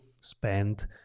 spend